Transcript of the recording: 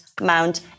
Mount